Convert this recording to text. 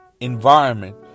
environment